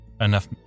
enough